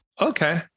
Okay